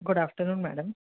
हा good afternoon madam